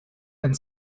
and